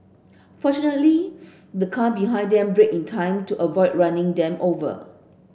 fortunately the car behind them braked in time to avoid running them over